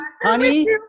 honey